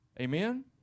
Amen